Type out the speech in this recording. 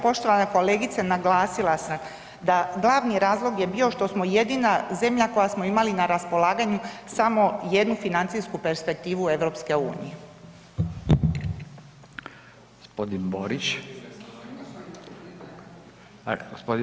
Poštovana kolegice, naglasila sam da glavni razlog je bio što smo jedina zemlja koja smo imali na raspolaganju samo jednu financijsku perspektivu EU-a.